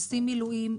עושים מילואים,